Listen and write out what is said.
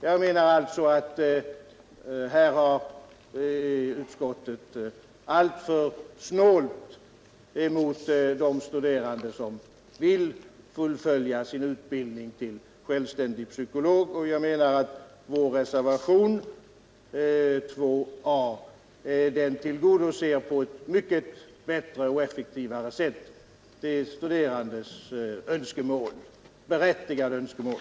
Utskottet har enligt min mening varit alltför snålt emot de studerande som vill fullfölja sin utbildning till självständiga psykologer. Vår reservation 2 a tillgodoser på ett mycket bättre och effektivare sätt de studerandes berättigade önskemål.